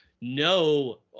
No